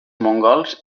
mongols